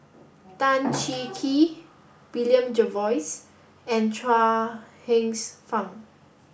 Tan Cheng Kee William Jervois and Chuang Hsueh Fang